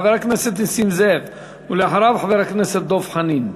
חבר הכנסת נסים זאב, ואחריו, חבר הכנסת דב חנין.